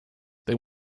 they